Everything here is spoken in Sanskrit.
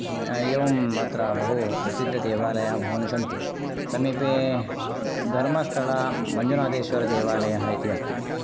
एवम् अत्र बहु प्रसिद्धदेवालयाः बहूनि सन्ति समीपे धर्मस्थलमञ्जुनाथेश्वरदेवालयः इति अस्ति